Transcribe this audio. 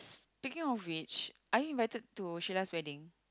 thinking of which are you invited to Sheila's wedding